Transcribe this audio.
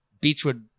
Beachwood